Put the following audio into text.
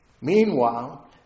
Meanwhile